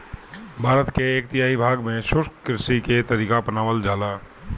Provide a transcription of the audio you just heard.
भारत के एक तिहाई भाग में शुष्क कृषि के तरीका अपनावल जाला